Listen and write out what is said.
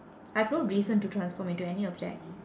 I've no reason to transform into any object